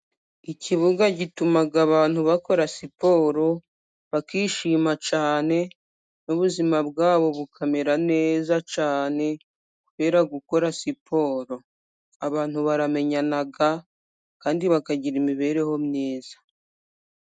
Ikibuga gituma abantu bakora siporo, bakishima cyane, n'ubuzima bwabo bukamera neza cyane, kubera gukora siporo abantu baramenyana, kandi bakagira imibereho myiza.